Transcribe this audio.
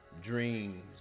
dreams